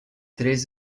três